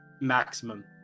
Maximum